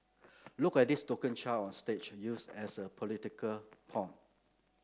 look at this token child on stage used as a political pawn